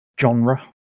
genre